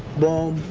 boom,